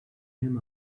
him